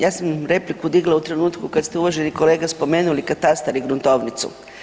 Ja sam repliku digla u trenutku kada ste uvaženi kolega spomenuli katastar i gruntovnicu.